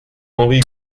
henri